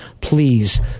please